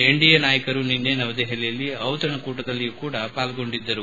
NDA ನಾಯಕರು ನಿನೈ ನವದೆಹಲಿಯಲ್ಲಿ ಡಿತಣಕೂಟದಲ್ಲಿ ಪಾಲ್ಗೊಂಡಿದ್ದರು